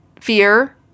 fear